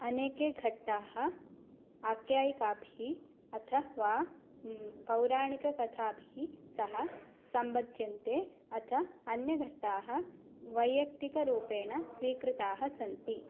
अनेकाः घटनाः आख्यायिकाभिः अथवा पौराणिककथाभिः सः सम्बध्यन्ते अथ अन्याः घटनाः वैयक्तिकरूपेण स्वीकृताः सन्ति